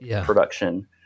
production